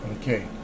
Okay